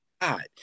God